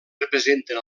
representen